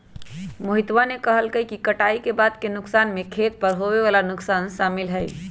मोहितवा ने कहल कई कि कटाई के बाद के नुकसान में खेत पर होवे वाला नुकसान शामिल हई